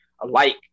alike